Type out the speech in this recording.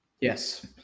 Yes